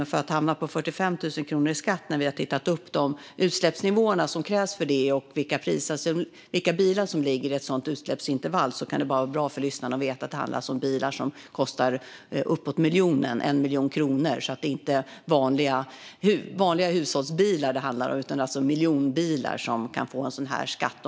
Vi har tittat på vilka utsläppsnivåer som krävs för att hamna på 45 000 kronor i skatt och vilka bilar som ligger i ett sådant utsläppsintervall, och det kan vara bra för lyssnarna att veta att det alltså handlar om bilar som kostar uppåt 1 miljon kronor. Det är inte vanliga hushållsbilar det handlar om, utan det är miljonbilar som kan få en sådan här skatt.